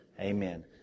amen